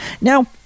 Now